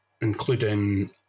including